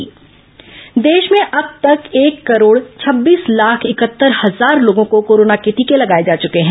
corona समाचार देश में अब तक एक करोड़ छब्बीस लाख इकहत्तर हजार लोगों को कोरोना के टीके लगाए जा चुके हैं